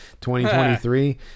2023